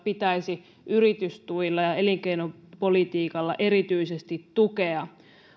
pitäisi yritystuilla ja elinkeinopolitiikalla erityisesti tukea